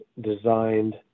designed